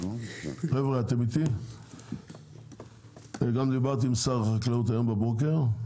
גם דיברתי עם שר החקלאות היום בבוקר,